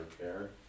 care